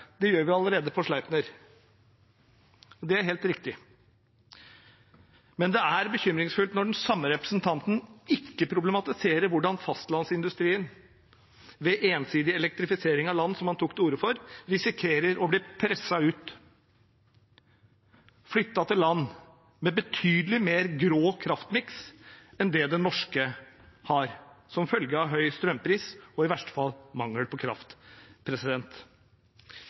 Det gjør vi allerede på Sleipner, så det er helt riktig. Men det er bekymringsfullt når den samme representanten ikke problematiserer hvordan fastlandsindustrien ved ensidig elektrifisering fra land, som han tok til orde for, risikerer å bli presset ut og flyttet til land med kraftmiks som er betydelig mer grå enn den norske, som følge av høy strømpris og i verste fall mangel på kraft.